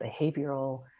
behavioral